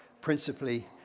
principally